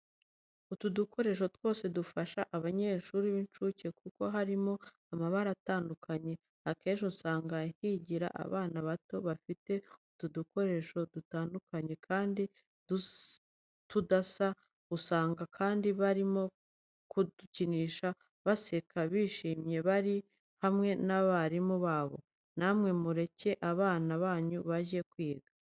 Utu dukoresho twose dufasha abanyeshuri b'incuke kuko harimo amabara atandukanye, akenshi usanga higira abana bato bafite utu dukoresho dutandukanye kandi tudasa, usanga kandi barimo kudukinisha baseka bishimye bari hamwe n'abarimu babo. Namwe mureke abana banyu bajye kwiga.